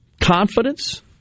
confidence